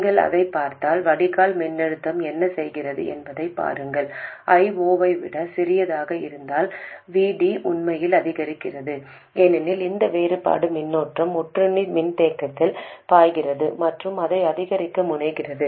நீங்கள் அதைப் பார்த்தால் வடிகால் மின்னழுத்தம் என்ன செய்கிறது என்பதைப் பாருங்கள் I0 ஐ விட சிறியதாக இருந்தால் VD உண்மையில் அதிகரிக்கிறது ஏனெனில் இந்த வேறுபாடு மின்னோட்டம் ஒட்டுண்ணி மின்தேக்கியில் பாய்கிறது மற்றும் அதை அதிகரிக்க முனைகிறது